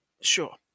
Sure